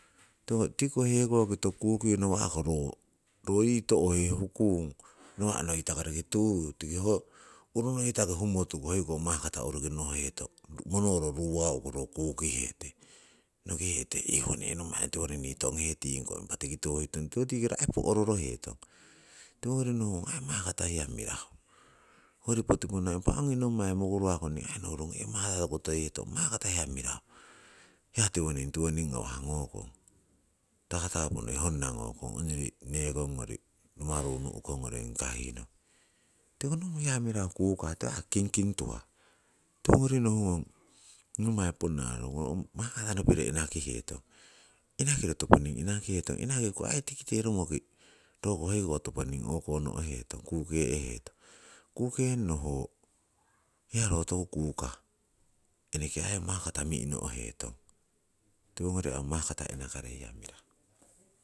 Tiko hekoki toku kuki nawako ro yii to'he hukuung nawa'ko ro noitangoriki tuyu, tiki ho urunoitangi humotuku, hoiko mahkata uruki no'hetong monoro ruwau'ku ro kukihete, nokihete iih onne nommai tiwori nii tonghe tingkong impa tiki tiwo huitong tiwo tikiro aii po'roroheton. Tiwongori nohungong ong aii mahkata hiya mirahu. Hoyori poti ponna impa ongi nommai noi mukuruwaku ningii nuhurungong mahkata toku toyi'hetong, mahkata hiya mirahu, hiya tiwoning tiwoning ngawah ngokong. Tatapu noi honnna ngokong ongyori nekonngori rumaru nu'kong ngori ongi kahihnoki. Tiko hiya mirahu kukah kingking tuhah. Tiwogori nohungon nommai ponna nohurungong ong mahkata nopiro inakihetong, inakiro toponing inakiku aii tikite romoki roko toponing o'kono'hetong kuke'hetong. Kukenno ho hiya ro toku kuka, eneke hoi mahkata mi'no'heton. Tiwongori ong mahkata inakarei hiya mirahu.